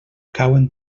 cauen